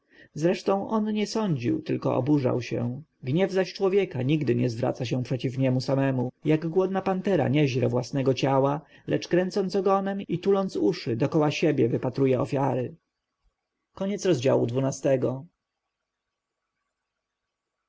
on nie sądził tylko oburzał się gniew zaś człowieka nigdy nie zwraca się przeciw niemu samemu jak głodna pantera nie żre własnego ciała lecz kręcąc ogonem i tuląc uszy dokoła siebie wypatruje ofiary